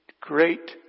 great